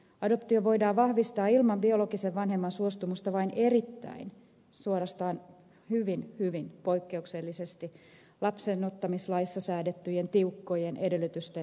adoptio voidaan vahvistaa ilman biologisen vanhemman suostumusta vain erittäin suorastaan hyvin hyvin poikkeuksellisesti lapseksiottamislaissa säädettyjen tiukkojen edellytysten täyttyessä